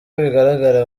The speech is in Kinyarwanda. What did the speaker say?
bigaragara